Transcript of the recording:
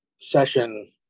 session